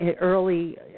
early